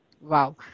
Wow